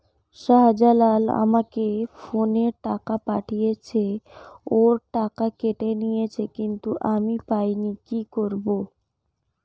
শাহ্জালাল আমাকে ফোনে টাকা পাঠিয়েছে, ওর টাকা কেটে নিয়েছে কিন্তু আমি পাইনি, কি করব?